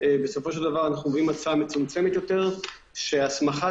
אנחנו מביאים הצעה מצומצמת יותר שההסמכה